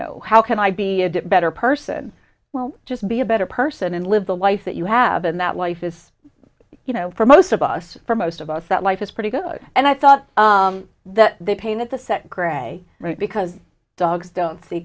know how can i be a better person well just be a better person and live the life that you have and that life is you know for most of us for most of us that life is pretty good and i thought that the pain at the set gray because dogs don't see